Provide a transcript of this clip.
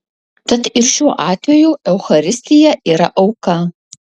tad ir šiuo atveju eucharistija yra auka